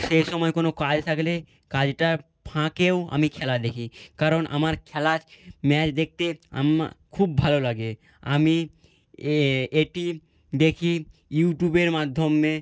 সেই সময় কোনো কাজ থাকলে কাজটার ফাঁকেও আমি খেলা দেখি কারণ আমার খেলার ম্যাচ দেখতে আমার খুব ভালো লাগে আমি এটি দেখি ইউটিউবের মাধ্যমে